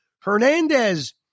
Hernandez